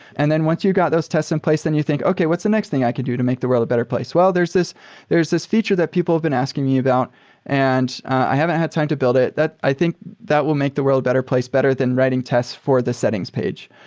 and then once you got those tests in place, then you think, okay, what's the next thing i could do to make the world a better place? well, there's this there's this feature that people have been asking me about and i haven't had time to build it. i think that will make the world a better place better than writing tests for the settings page.